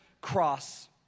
cross